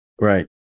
right